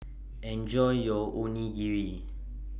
Enjoy your Onigiri